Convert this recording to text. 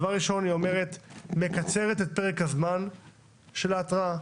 דבר ראשון, היא מקצרת את פרק הזמן של ההתראה.